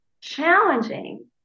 challenging